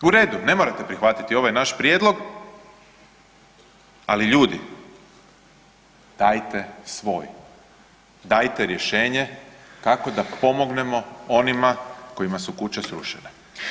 U redu, ne morate prihvatiti ovaj naš prijedlog, ali ljudi dajte svoj, dajte rješenje kako da pomognemo onima kojima su kuće srušene.